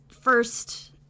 first